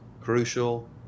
crucial